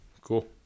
Cool